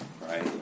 Right